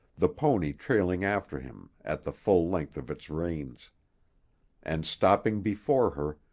the pony trailing after him at the full length of its reins and, stopping before her,